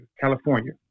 California